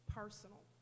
personal